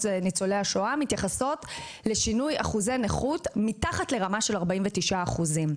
ניצולי השואה מתייחסות לשינוי אחוזי נכות מתחת לרמה של 49 אחוזים.